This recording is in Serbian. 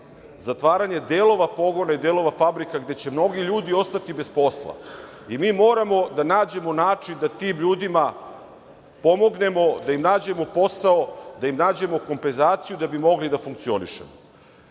zatvaranja delova pogona i delova fabrika gde će mnogi ljudi ostati bez posla i mi moramo da nađemo način da tim ljudima pomognemo, da im nađemo posao, da im nađemo kompenzaciju da bi mogli da funkcionišemo,